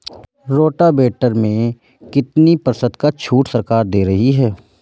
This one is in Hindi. रोटावेटर में कितनी प्रतिशत का छूट सरकार दे रही है?